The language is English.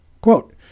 Quote